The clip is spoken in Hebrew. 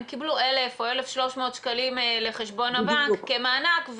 הם קיבלו 1,000 או 1,300 שקלים לחשבון הבנק כמענק,